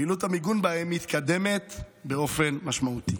פעילות המיגון בהם מתקדמת באופן משמעותי.